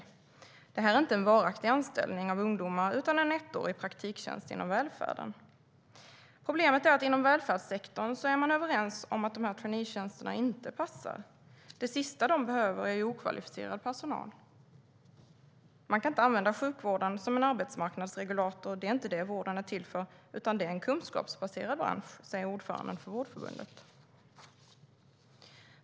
Deras förslag handlar inte om varaktig anställning av ungdomar, utan om ettårig praktiktjänst inom välfärden. Problemet är att man inom välfärdssektorn är överens om att dessa traineetjänster inte passar. Det sista de behöver är okvalificerad personal. Man kan inte använda sjukvården som en arbetsmarknadsregulator - det är inte det vården är till för, utan det är en kunskapsbaserad bransch, säger ordföranden för Vårdförbundet.